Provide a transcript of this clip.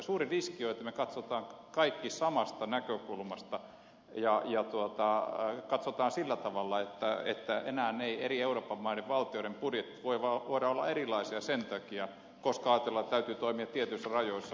suuri riski on että me katsomme kaikki samasta näkökulmasta ja katsomme sillä tavalla että enää eivät eri euroopan maiden valtioiden budjetit voi olla erilaisia sen takia koska ajatellaan että täytyy toimia tietyissä rajoissa